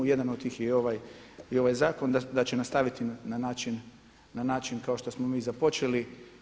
Jedan od tih je i ovaj zakon da će nastaviti na način kao što smo mi započeli.